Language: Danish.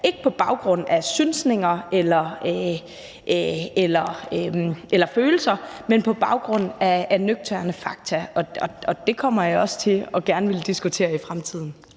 ikke på baggrund af synsninger eller følelser, men på baggrund af nøgterne fakta. Og det kommer jeg også til gerne at ville diskutere i fremtiden.